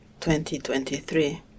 2023